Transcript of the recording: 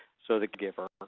so the caregiver,